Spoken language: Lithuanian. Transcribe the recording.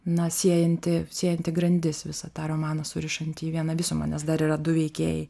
na siejanti siejanti grandis visą tą romaną surišanti į vieną visumą nes dar yra du veikėjai